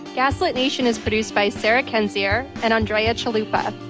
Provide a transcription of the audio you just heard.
gaslit nation is produced by sarah kendzior and andrea chalupa.